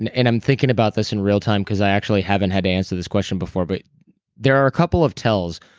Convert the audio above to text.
and and i'm thinking about this in real time because i actually haven't had to answer this question before. but there are a couple of tells.